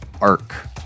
arc